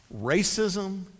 Racism